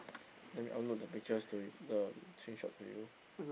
let me upload the pictures to the change out you